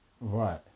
right